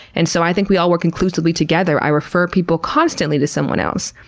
and so, i think we all work inclusively together. i refer people constantly to someone else.